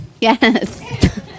Yes